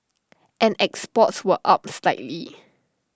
and exports were up slightly